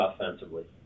offensively